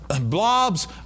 blobs